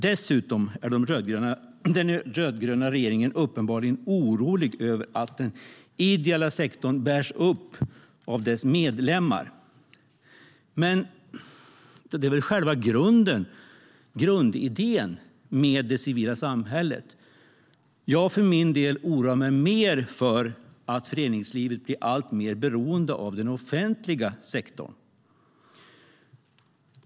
Dessutom är den rödgröna regeringen uppenbarligen orolig över att den ideella sektorn bärs upp av sina medlemmar. Men det är väl själva grundidén med det civila samhället? Jag för min del oroar mig mer för att föreningslivet blir alltmer beroende av den offentliga sektorn.